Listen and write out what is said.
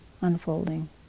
unfolding